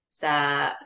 sa